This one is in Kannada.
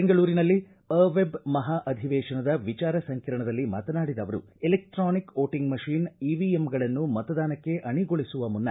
ಬೆಂಗಳೂರಿನಲ್ಲಿ ಅ ವೆಬ್ ಮಹಾಧಿವೇಶನದ ವಿಚಾರ ಸಂಕಿರಣದಲ್ಲಿ ಮಾತನಾಡಿದ ಅವರು ಎಲೆಕ್ವಾನಿಕ್ ವೋಟಂಗ್ ಮಷೀನ್ ಇವಿಎಂ ಗಳನ್ನು ಮತದಾನಕ್ಕೆ ಅಣಿಗೊಳಿಸುವ ಮುನ್ನ